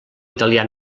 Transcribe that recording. italià